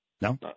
no